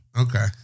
Okay